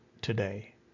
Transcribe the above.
today